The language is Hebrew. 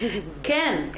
כן.